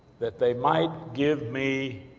that they might give me